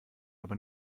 aber